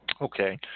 Okay